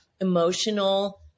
emotional